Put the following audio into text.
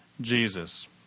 Jesus